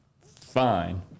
fine